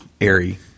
airy